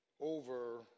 over